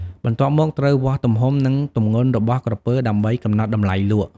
បន្ទាប់មកត្រូវវាស់ទំហំ និងទម្ងន់របស់ក្រពើដើម្បីកំណត់តម្លៃលក់។